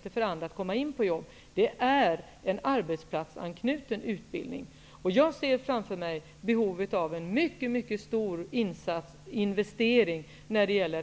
En sådan utbildning kan också skapa möjligheter för andra att komma in på arbetsmarknaden. Jag ser framför mig behovet av en mycket stor investering i